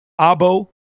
Abo